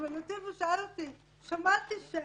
במקרה שהוא שאל אותי ואמר "שמעתי ש-",